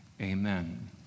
amen